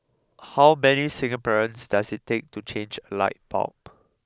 how many Singaporeans does it take to change a light bulb